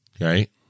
Right